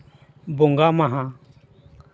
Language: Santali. ᱵᱚᱸᱜᱟ ᱢᱟᱦᱟ